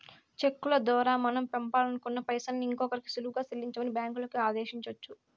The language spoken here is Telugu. చెక్కుల దోరా మనం పంపాలనుకున్న పైసల్ని ఇంకోరికి సులువుగా సెల్లించమని బ్యాంకులని ఆదేశించొచ్చు